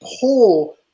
pull